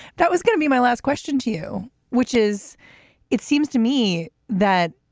that was going to be my last question to you which is it seems to me that